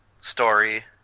story